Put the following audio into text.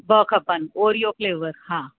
ॿ खपेनि Oreo flavour हा